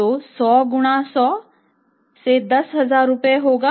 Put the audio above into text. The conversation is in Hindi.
तो 100 गुणा 100 से 10000 रुपये होगा